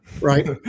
right